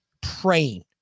praying